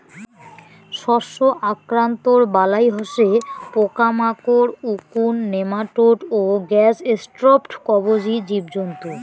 শস্য আক্রান্তর বালাই হসে পোকামাকড়, উকুন, নেমাটোড ও গ্যাসস্ট্রোপড কবচী জীবজন্তু